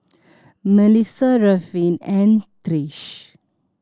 Mellisa Ruffin and Trish